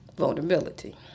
vulnerability